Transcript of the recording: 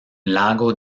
lago